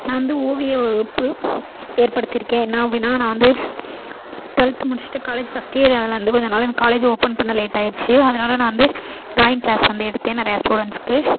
நாந் வந்து ஓவிய வகுப்பு ஏற்படுத்தியிருக்கேன் என்ன அப்படின்னா நான் வந்து டுவெல்த்து முடித்துட்டு காலேஜ் ஃபஸ்ட் இயர் அதுலேருந்து கொஞ்ச நாள் எனக்கு காலேஜ் ஓபன் பண்ண லேட் ஆகிடுச்சு அதனால் நான் வந்து ட்ராயிங் கிளாஸ் வந்து எடுத்தேன் நிறையா ஸ்டூடண்ட்ஸ்க்கு